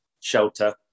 shelter